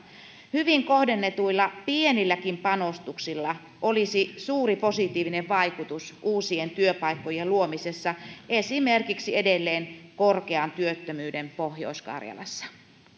hyvin kohdennetuilla pienilläkin panostuksilla olisi suuri positiivinen vaikutus uusien työpaikkojen luomisessa esimerkiksi edelleen korkean työttömyyden pohjois karjalassa